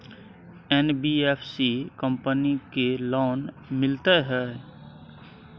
NBFC company की loan मिलते है?